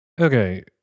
Okay